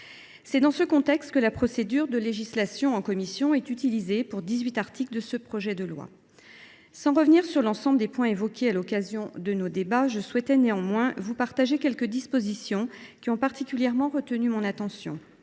capital. À cet effet, la procédure de législation en commission a été utilisée pour dix huit articles de ce projet de loi. Sans revenir sur l’ensemble des points évoqués à l’occasion de nos débats, je souhaite toutefois vous présenter quelques dispositions qui ont particulièrement retenu mon attention.